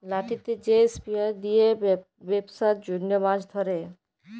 লাঠিতে যে স্পিয়ার দিয়ে বেপসার জনহ মাছ ধরে